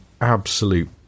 absolute